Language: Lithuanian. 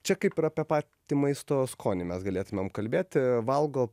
čia kaip ir apie patį maisto skonį mes galėtumėm kalbėti valgo